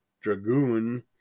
dragoon